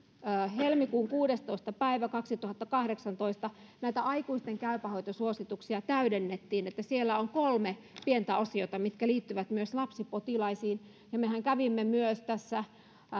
helmikuun kuudestoista päivä kaksituhattakahdeksantoista näitä aikuisten käypä hoito suosituksia täydennettiin niin että siellä on kolme pientä osiota jotka liittyvät myös lapsipotilaisiin mehän kävimme myös tässä